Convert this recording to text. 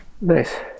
nice